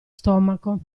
stomaco